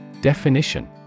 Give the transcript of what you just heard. Definition